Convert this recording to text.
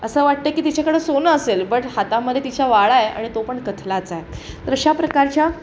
असं वाटतं की तिच्याकडं सोनं असेल बट हातामध्ये तिच्या वाळा आहे आणि तो पण कथलाचा तर अशा प्रकारच्या